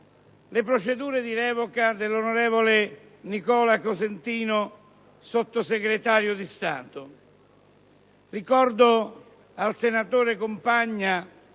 le procedure di revoca dell'onorevole Nicola Cosentino da sottosegretario di Stato. Ricordo al senatore Compagna,